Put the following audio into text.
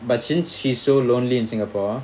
but since she's so lonely in singapore